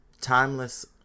timeless